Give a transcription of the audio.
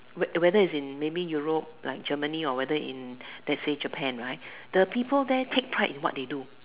where whether it's in maybe Europe like Germany or whether in let's say Japan right the people there take pride in what they do